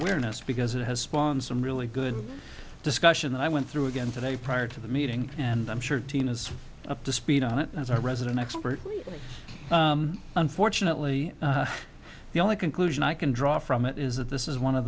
eness because it has spawned some really good discussion that i went through again today prior to the meeting and i'm sure tina is up to speed on it as our resident expert unfortunately the only conclusion i can draw from it is that this is one of